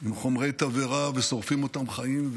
עם חומרי תבערה ושורפים אותם חיים,